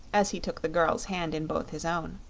as he took the girl's hand in both his own.